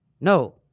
No